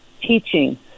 teaching